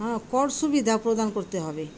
হ্যাঁ কর সুবিধা প্রদান করতে হবে